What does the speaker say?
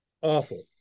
Awful